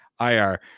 IR